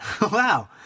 Wow